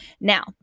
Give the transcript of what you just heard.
Now